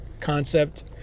concept